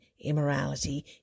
immorality